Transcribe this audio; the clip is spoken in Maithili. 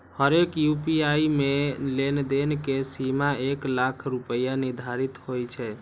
हरेक यू.पी.आई मे लेनदेन के सीमा एक लाख रुपैया निर्धारित होइ छै